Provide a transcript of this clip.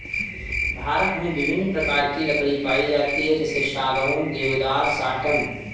भारत में विभिन्न प्रकार की लकड़ी पाई जाती है जैसे सागौन, देवदार, साटन